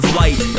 light